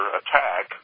attack